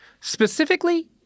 Specifically